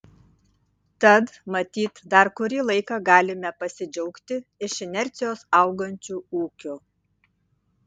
tad matyt dar kurį laiką galime pasidžiaugti iš inercijos augančiu ūkiu